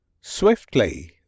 Swiftly